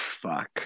fuck